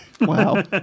wow